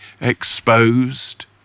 exposed